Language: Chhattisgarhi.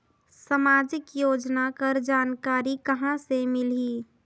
समाजिक योजना कर जानकारी कहाँ से मिलही?